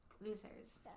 losers